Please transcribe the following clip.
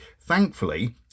Thankfully